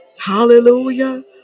Hallelujah